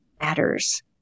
matters